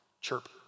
Chirp